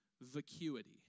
vacuity